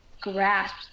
grasp